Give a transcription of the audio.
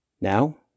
now